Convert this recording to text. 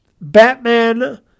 Batman